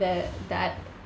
there that